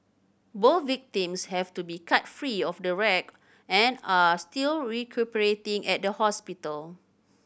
both victims have to be cut free of the wreck and are still recuperating at a hospital